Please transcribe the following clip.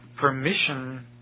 permission